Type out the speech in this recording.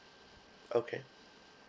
okay